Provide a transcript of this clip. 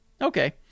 Okay